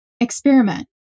experiment